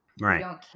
Right